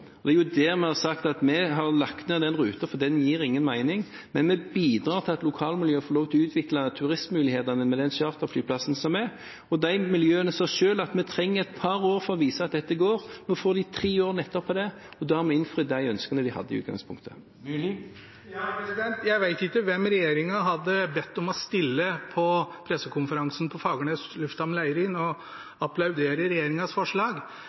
Det er jo det vi har sagt, at vi har lagt ned den ruta fordi den gir ingen mening. Men vi bidrar til at lokalmiljøet får lov til å utvikle turistmulighetene med den charterflyplassen som er der. Og de miljøene sa selv at vi trenger et par år for å vise at dette går. Nå får de tre år nettopp til det, og da har vi innfridd de ønskene de hadde i utgangspunktet. Jeg vet ikke hvem regjeringen hadde bedt om å stille på pressekonferansen på Fagernes lufthavn, Leirin og applaudere regjeringens forslag,